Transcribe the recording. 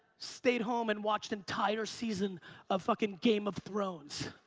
stayed home and watched entire season of fucking game of thrones.